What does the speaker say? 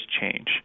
change